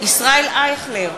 ישראל אייכלר,